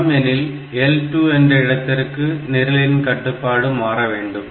சமம் எனில் L2 என்ற இடத்திற்கு நிரலின் கட்டுப்பாடு மாறவேண்டும்